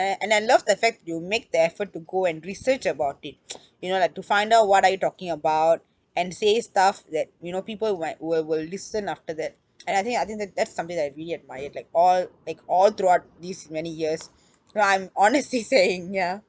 and I love the fact you make the effort to go and research about it you know like to find out what are you talking about and say stuff that you know people might will will listen after that and I think I think that that's something that I really admire like all like all throughout these many years no I'm honesty saying ya